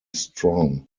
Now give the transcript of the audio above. strong